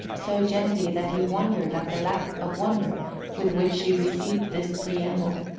so gently that he wondered at the lack of wonder with which she received this preamble.